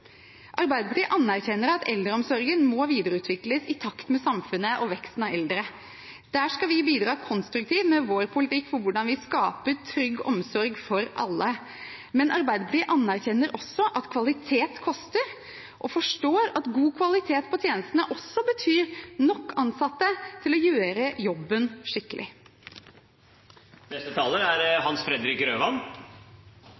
Arbeiderpartiet anerkjenner at eldreomsorgen må videreutvikles i takt med samfunnet og veksten i andelen eldre. Der skal vi bidra konstruktivt med vår politikk for hvordan vi skaper trygg omsorg for alle. Men Arbeiderpartiet anerkjenner også at kvalitet koster, og forstår at god kvalitet på tjenestene også betyr nok ansatte til å gjøre jobben skikkelig.